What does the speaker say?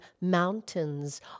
mountains